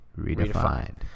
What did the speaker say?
Redefined